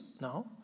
No